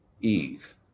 Eve